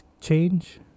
change